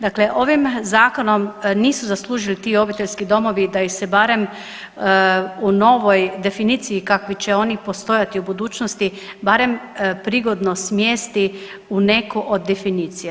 Dakle ovim zakonom nisu zaslužili ti obiteljski domovi da ih barem u novoj definiciji, kakvi će oni postojati u budućnosti, barem prigodno smjesti u neku od definicija.